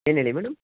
ಏನು ಹೇಳಿ ಮೇಡಮ್